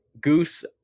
Goose